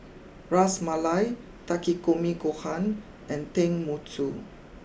Ras Malai Takikomi Gohan and Tenmusu